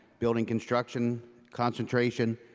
building construction concentration,